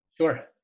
Sure